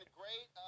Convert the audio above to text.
great